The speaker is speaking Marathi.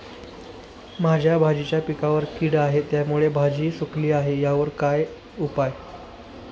माझ्या भाजीच्या पिकावर कीड आहे त्यामुळे भाजी सुकली आहे यावर काय उपाय?